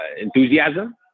enthusiasm